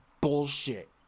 bullshit